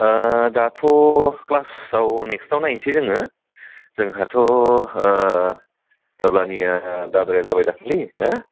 ओह दाथ' क्लासाव नेक्सटाव नायनोसै जोङो जोंहाथ' ओह ताब्लानिया दाद्राया जाबाय दाखलि ना